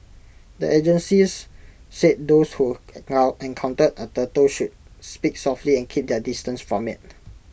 the agencies said those who encounter A turtle should speak softly and keep their distance from IT